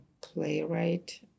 playwright